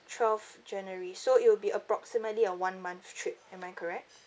twelfth january so it will be approximately a one month trip am I correct